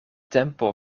tempo